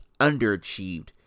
underachieved